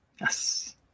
Yes